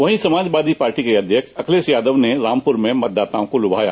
वहीं समाजवादी पार्टी के अध्यक्ष अखिलेश यादव रामपुर में मतदाताओं को लुभाया